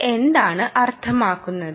ഇത് എന്താണ് അർത്ഥമാക്കുന്നത്